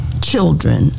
children